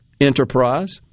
enterprise